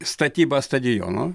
statyba stadiono